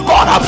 God